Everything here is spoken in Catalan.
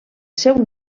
seu